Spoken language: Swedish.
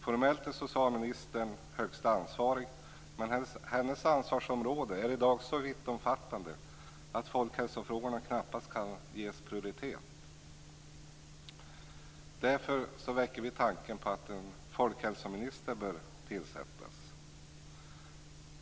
Formellt är socialministern högsta ansvarig, men hennes ansvarsområde är i dag så vittomfattande att folkhälsofrågorna knappast kan ges prioritet. Därför väcker vi tanken på att en folkhälsominister bör tillsättas.